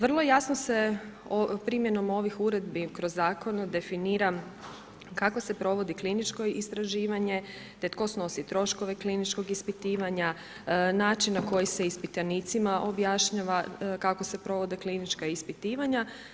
Vrlo jasno se primjenom ovih uredbi kroz zakone definira kako se provodi kliničko istraživanje te tko snosi troškove kliničkog ispitivanja, način na koji se ispitanicima objašnjava kako se provode klinička ispitivanja.